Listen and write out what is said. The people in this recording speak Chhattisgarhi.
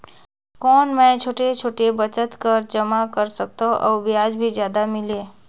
कौन मै छोटे छोटे बचत कर जमा कर सकथव अउ ब्याज भी जादा मिले?